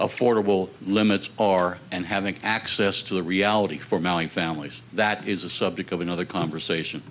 affordable limits are and having access to the reality for mailing families that is a subject of another conversation